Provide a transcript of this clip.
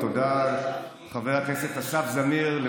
תודה, חבר הכנסת אסף זמיר.